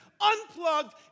Unplugged